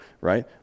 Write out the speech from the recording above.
right